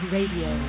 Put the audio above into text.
Radio